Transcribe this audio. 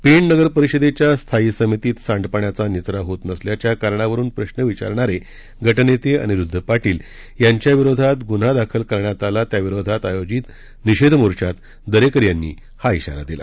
पेण नगर परिषदेच्या स्थायी समितीत सांडपाण्याचा निचरा होत नसल्याच्या करणावरून प्रश्न विचारणारे गटनेते अनिरुद्ध पाटील याच्या विरोधात ग्न्हा दाखल करण्यात आला त्या विरोधात आयोजित निषेध मोर्चात दरेकर यांनी हा इशारा दिला